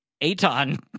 Aton